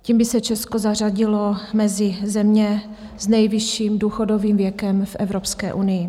Tím by se Česko zařadilo mezi země s nejvyšším důchodovým věkem v Evropské unii.